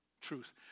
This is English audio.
truth